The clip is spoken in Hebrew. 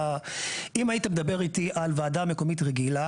אם היית מדבר איתי על ועדה מקומית רגילה